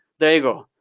there you go.